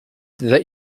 that